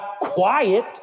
quiet